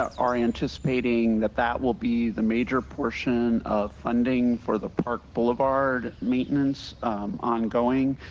are anticipating that that will be the major portion of funding for the park boulevard maintenance ongoing.